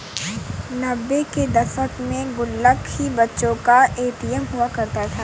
नब्बे के दशक में गुल्लक ही बच्चों का ए.टी.एम हुआ करता था